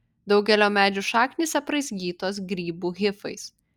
daugelio medžių šaknys apraizgytos grybų hifais